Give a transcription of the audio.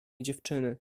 dziewczyny